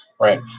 Right